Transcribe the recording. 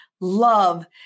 love